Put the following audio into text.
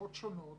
בשפות שונות